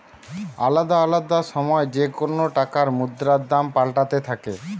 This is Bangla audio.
আলদা আলদা সময় যেকোন টাকার মুদ্রার দাম পাল্টাতে থাকে